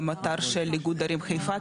גם אתר של איגוד ערים חיפה,